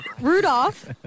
Rudolph